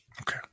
Okay